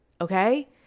Okay